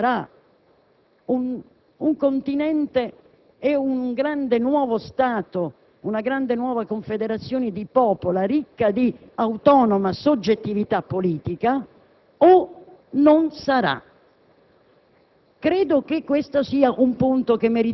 precisa, molto netta: o sarà un Continente e un grande nuovo Stato, una grande nuova Confederazione di popoli, ricca di autonoma soggettività politica, o non sarà.